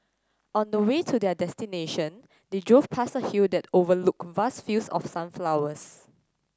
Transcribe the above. on the way to their destination they drove past a hill that overlooked vast fields of sunflowers